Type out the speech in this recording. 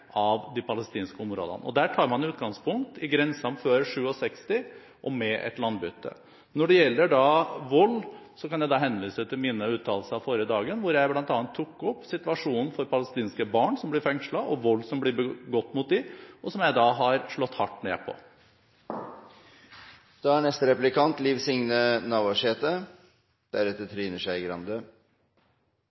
i de områdene som blir definert som en del av de palestinske områdene. Her tar man utgangspunkt i grensene før 1967 og et landbytte. Når det gjelder vold, vil jeg henvise til mine uttalelser den forrige dagen, da jeg bl.a. tok opp situasjonen for palestinske barn som blir fengslet, og vold som blir begått mot dem, noe jeg har slått hardt ned på.